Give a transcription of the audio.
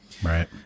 Right